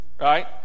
right